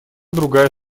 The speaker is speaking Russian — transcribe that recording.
другая